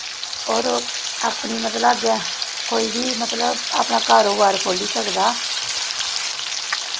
होर ओह् अपनी मतलब अग्गें कोई बी मतलब अपना कारोबार खो'ल्ली सकदा